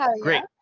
great